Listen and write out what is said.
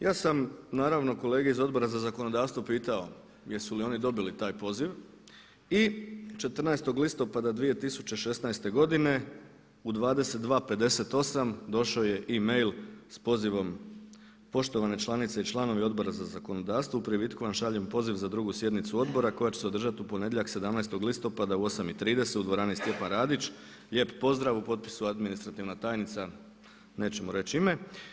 Ja sam naravno kolege iz Odbora za zakonodavstvo pitao jesu li oni dobili taj poziv i 14. listopada 2016. godine u 22,58 došao je email s pozivom poštovane članice i članovi Odbora za zakonodavstvo u privitku vam šaljem poziv za 2. sjednicu Odbora koja će se održati u ponedjeljak 17. listopada u 8,30 u dvorani „Stjepan Radić“, lijep pozdrav u potpisu administrativna tajnica, nećemo reći ime.